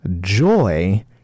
joy